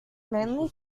mainly